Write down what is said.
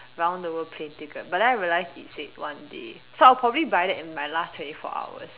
round the world plane ticket but then I realised it said one day so I would probably buy that in my last twenty four hours